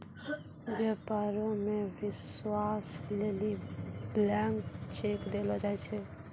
व्यापारो मे विश्वास लेली ब्लैंक चेक देलो जाय छै